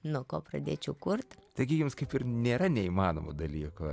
nuo ko pradėčiau kurt taigi jums kaip ir nėra neįmanomų dalykų